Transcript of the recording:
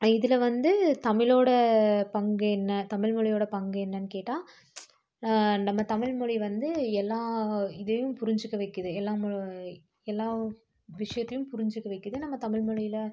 இதில் வந்து தமிழோடய பங்கு என்ன தமிழ்மொழியோடய பங்கு என்னனு கேட்டால் நம்ம தமிழ்மொழி வந்து எல்லாம் இதையும் புரிஞ்சுக்க வைக்கிது எல்லாம் மொ எல்லாம் விஷயத்தையும் புரிஞ்சுக்க வைக்கிது நம்ம தமிழ்மொழியில்